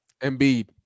Embiid